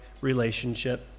relationship